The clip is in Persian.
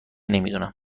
نمیدونم